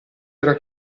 era